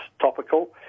topical